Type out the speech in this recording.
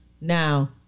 Now